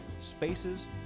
spaces